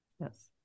Yes